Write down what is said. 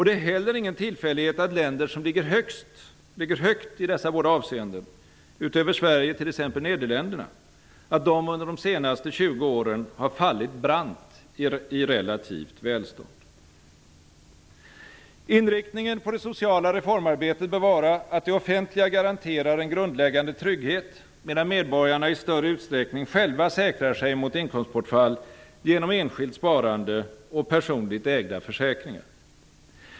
Det är heller ingen tillfällighet att länder som ligger högt i dessa båda avseenden -- utöver Sverige t.ex. Nederländerna -- under de senaste 20 åren har fallit brant i relativt välstånd. Inriktningen på det sociala reformarbetet bör vara att det offentliga garanterar en grundläggande trygghet, medan medborgarna i större utsträckning själva säkrar sig mot inkomstbortfall genom enskilt sparande och personligt ägda försäkringar.